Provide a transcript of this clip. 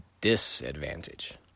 disadvantage